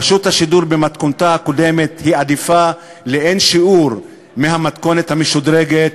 רשות השידור במתכונתה הקודמת עדיפה לאין-שיעור על המתכונת המשודרגת,